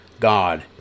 God